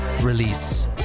release